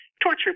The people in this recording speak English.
torture